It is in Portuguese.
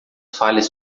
falhas